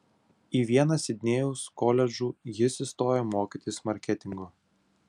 į vieną sidnėjaus koledžų jis įstojo mokytis marketingo